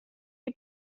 you